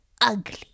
ugly